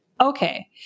Okay